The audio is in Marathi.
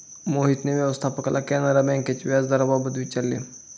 मोहनने व्यवस्थापकाला कॅनरा बँकेच्या व्याजदराबाबत विचारले